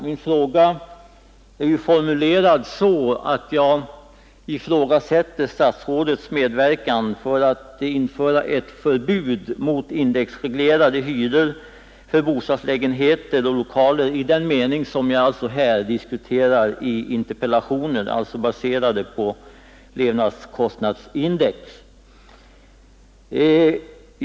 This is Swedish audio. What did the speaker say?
Den är ju formulerad så att jag ifrågasätter statsrådets medverkan för att införa ett förbud mot indexreglerade hyror för bostadslägenheter och lokaler i den mening som jag diskuterar i interpellationen, alltså hyror baserade på levnadskostnadsindex.